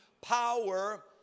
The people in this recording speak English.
power